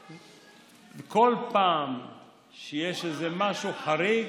כל פעם שיש איזה משהו חריג,